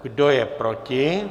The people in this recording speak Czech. Kdo je proti?